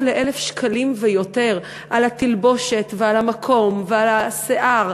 ל-1,000 שקלים ויותר על התלבושת ועל המקום ועל השיער.